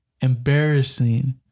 embarrassing